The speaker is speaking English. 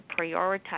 prioritize